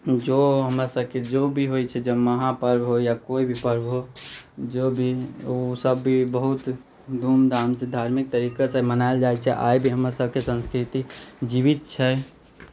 जो हमर सभके जो भी होइत छै जँ महापर्व हो या कोइ भी पर्व हो जो भी ओ सभ भी बहुत धूमधाम से धार्मिक तरीका से मनायल जाइत छै आइ भी हमर सभके संस्कृति जीवित छै